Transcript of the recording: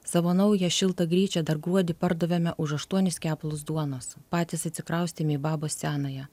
savo naują šiltą gryčią dar gruodį pardavėme už aštuonis kepalus duonos patys atsikraustėme į babos senąją